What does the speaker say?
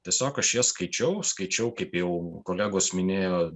tiesiog aš jas skaičiau skaičiau kaip jau kolegos minėjo